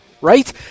right